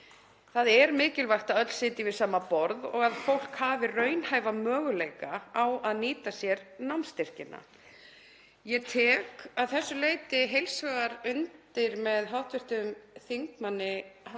Það er mikilvægt að öll sitji við sama borð og að fólk hafi raunhæfa möguleika á að nýta sér námsstyrkina. Ég tek að þessu leyti heils hugar undir með hv. þm. Halldóru